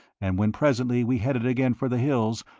and when presently we headed again for the hills,